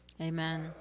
Amen